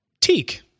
teak